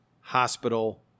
Hospital